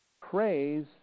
praise